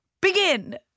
Begin